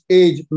age